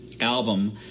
album